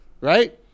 right